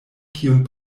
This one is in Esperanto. kiun